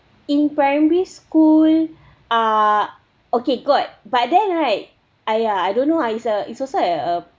in primary school uh okay got but then right !aiya! I don't know ah it's a it's also a